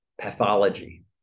pathology